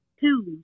two